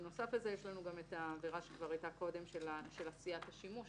בנוסף לזה יש גם העבירה שכבר הייתה קודם של עשיית השימוש.